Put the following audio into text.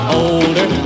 older